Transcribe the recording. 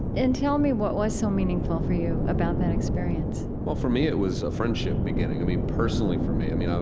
and tell me what was so meaningful for you about that experience well, for me, it was a friendship beginning. i mean, personally for me. i mean,